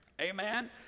Amen